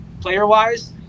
player-wise